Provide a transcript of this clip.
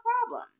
problem